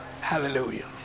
Hallelujah